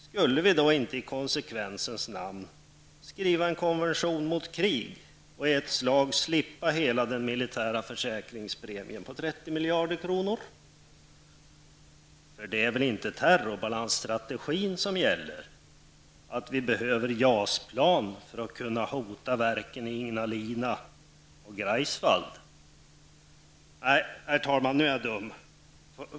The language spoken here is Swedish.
Skulle vi då inte i konsekvensens namn skriva en konvention mot krig, och i ett slag slippa hela den militära försäkringspremissen på 30 miljarder kronor. För det är väl inte terrorbalansstrategin som gäller, att vi behöver JAS-plan för att kunna hota verken i Ignalina och Greifswald? Nej, herr talman, nu är jag dum.